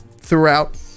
throughout